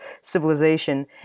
civilization